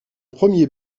premier